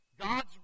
God's